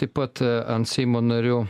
taip pat an seimo narių